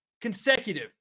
consecutive